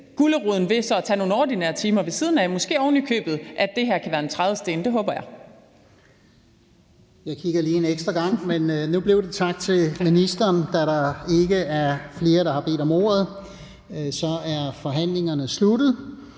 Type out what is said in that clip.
guleroden ved så at tage nogle ordinære timer ved siden af. Måske kan det her ovenikøbet være en trædesten. Det håber jeg.